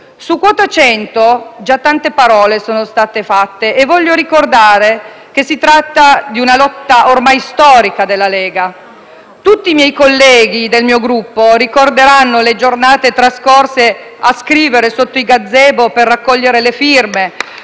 Su quota 100 già tante parole sono state dette. Voglio ricordare che si tratta di una lotta ormai storica della Lega. Tutti i colleghi del mio Gruppo ricorderanno le giornate trascorse sotto i gazebo a raccogliere le firme